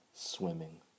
swimming